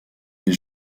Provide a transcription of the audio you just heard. des